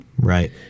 Right